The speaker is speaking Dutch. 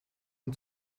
een